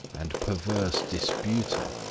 and perverse disputer,